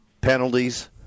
Penalties